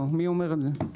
לא, מי אומר את זה?